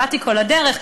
באתי כל הדרך,